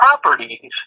properties